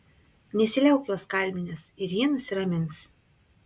nesiliauk jos kalbinęs ir ji nusiramins